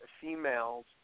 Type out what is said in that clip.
females